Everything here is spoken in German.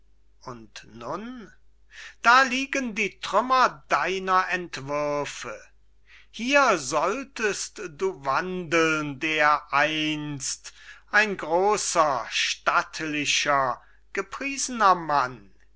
und nun da liegen die trümmer deiner entwürfe hier solltest du wandeln dereinst ein groser stattlicher gepriesener mann